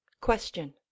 Question